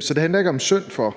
Så det handler ikke om »synd for«.